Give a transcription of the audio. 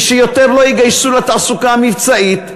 ושיותר לא יגייסו לתעסוקה מבצעית.